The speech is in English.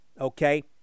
Okay